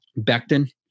Becton